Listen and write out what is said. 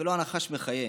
ולא הנחש מחיה.